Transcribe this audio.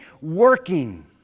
working